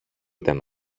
ήταν